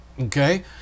Okay